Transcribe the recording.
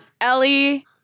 Ellie